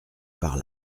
par